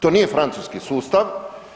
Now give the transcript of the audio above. To nije francuski sustav.